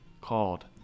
called